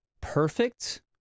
perfect